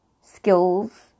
skills